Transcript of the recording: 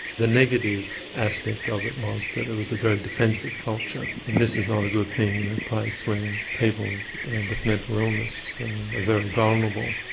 the negative aspect of it was that it was a very defensive culture and this is not a good thing in a place where people with mental illness are very vulnerable,